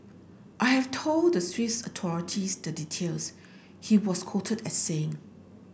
I have told the Swiss authorities the details he was quoted as saying